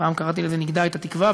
פעם קראתי לזה: נגדע את התקווה,